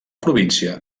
província